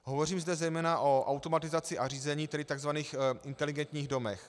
Hovořím zde zejména o automatizaci a řízení, tedy tzv. inteligentních domech.